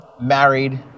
married